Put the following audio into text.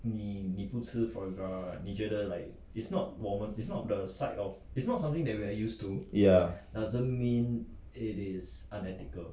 ya